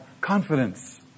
confidence